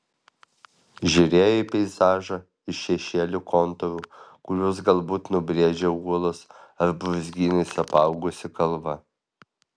žiūrėjo į peizažą iš šešėlių kontūrų kuriuos galbūt nubrėžė uolos ar brūzgynais apaugusi kalva